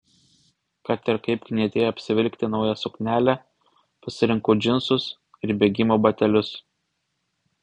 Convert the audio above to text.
kad ir kaip knietėjo apsivilkti naują suknelę pasirinkau džinsus ir bėgimo batelius